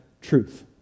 truth